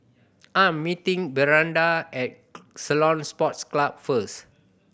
I am meeting Brianda at Ceylon Sports Club first